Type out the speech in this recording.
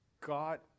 God